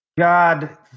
God